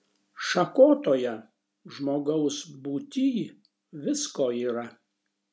šakotoje žmogaus būtyj visko yra